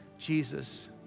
Jesus